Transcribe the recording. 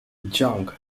jung